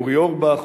אורי אורבך,